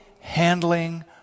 handling